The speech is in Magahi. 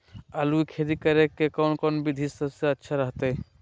आलू की खेती करें के कौन कौन विधि सबसे अच्छा रहतय?